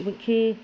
मूंखे